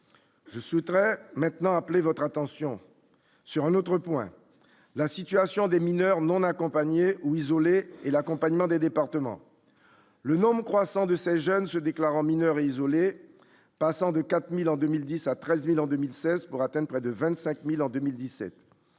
Je souhaiterais maintenant appeler votre attention sur un autre point : la situation des mineurs non accompagnés ou isolées et l'accompagnement des départements le nombre croissant de sa jeune se déclarant mineurs isolés, passant de 4000 en 2010 à 13000 en 2016 pour Athènes, près de 25000 en 2017,